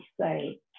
say